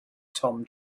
tom